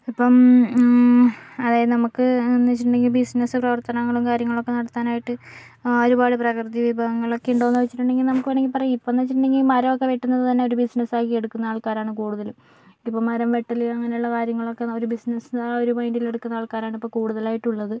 ഇപ്പം അതായത് നമുക്ക് എന്ന് വച്ചിട്ടുണ്ടെങ്കിൽ ബിസിനസ്സും പ്രവർത്തനങ്ങളും കാര്യങ്ങളൊക്കെ നടത്താനായിട്ട് ഒരുപാട് പ്രകൃതി വിഭവങ്ങളൊക്കെ ഉണ്ടോന്ന് ചോദിച്ചിട്ടുണ്ടെങ്കിൽ നമുക്ക് വേണമെങ്കിൽ പറയാം ഇപ്പമെന്ന് വച്ചിട്ടുണ്ടെങ്കിൽ ഈ മരമൊക്കെ വെട്ടുന്നത് തന്നെ ഒരു ബിസിനസ്സാക്കി എടുക്കുന്ന ആൾക്കാരാണ് കൂടുതലും ഇപ്പോൾ മരം വെട്ടല് അങ്ങനെള്ള കാര്യങ്ങളൊക്കെ ഒരു ബിസിനെസ്സ് ആ ഒരുമൈൻറ്റിലെടുക്കുന്ന ആൾക്കാരാണ് ഇപ്പം കൂടുതലായിട്ടുള്ളത്